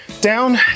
down